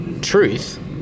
truth